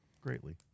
greatly